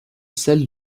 celle